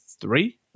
three